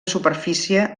superfície